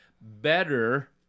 better